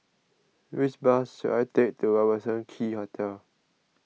which bus should I take to Robertson Quay Hotel